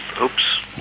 oops